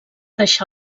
deixà